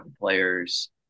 players